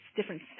different